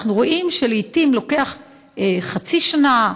אנחנו רואים שלעיתים לוקח חצי שנה,